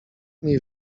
mniej